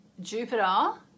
Jupiter